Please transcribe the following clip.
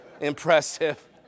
impressive